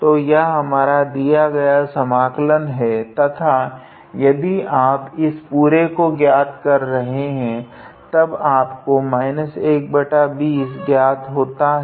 तो यह हमारा दिया गया समाकल है तथा यदि आप इस पुरे को ज्ञात कर रहे है तब आपको 120 ज्ञात होता है